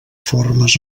formes